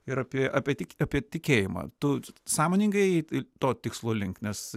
ir apie apie tik apie tikėjimą tu sąmoningai ėjai to tikslo link nes